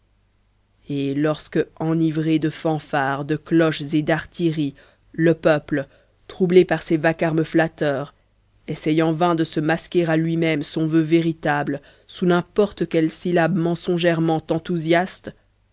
et lorsque enivré de fanfares de cloches et d'artillerie le peuple troublé par ces vacarmes flatteurs essaye en vain de se masquer à lui-même son vœu véritable sous n'importe quelles syllabes mensongèrement enthousiastes